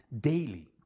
daily